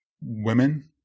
women